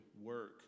work